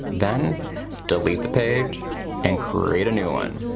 then delete the page and create a new one.